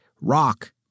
rock